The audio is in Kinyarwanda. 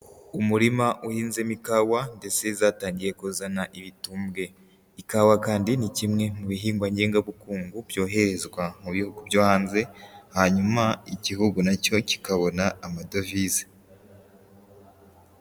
Umurima uhinzemo ikawa ndetse zatangiye kuzana ibitumbwe, ikawa kandi ni kimwe mu bihingwa ngengabukungu byoherezwa mu bihugu byo hanze hanyuma igihugu na cyo kikabona Amadovize.